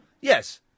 Yes